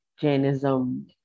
Jainism